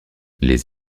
les